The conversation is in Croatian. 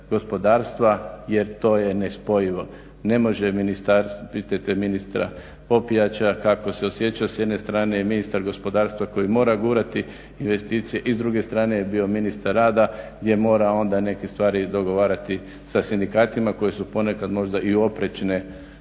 gospodarstva jer to je nespojivo. Ne može ministarstvo, pitajte ministra Popijača kako se osjeća. S jedne strane je ministar gospodarstva koji mora gurati investicije i s druge strane je bio ministar rada gdje mora onda neke stvari dogovarati sa sindikatima koji su možda oprečne